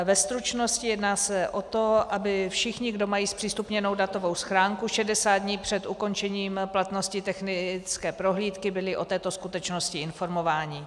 Ve stručnosti jedná se o to, aby všichni, kdo mají zpřístupněnu datovou schránku, 60 dní před ukončením platnosti technické prohlídky byli o této skutečnosti informováni.